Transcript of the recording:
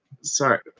sorry